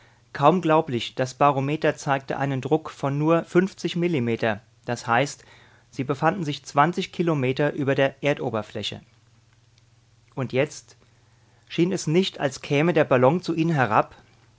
kaum glaublich das barometer zeigte einen druck von nur millimeter das heißt sie befanden sich zwanzig kilometer über der erdoberfläche und jetzt schien es nicht als käme der ballon zu ihnen herab